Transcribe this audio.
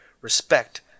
respect